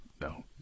No